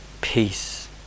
peace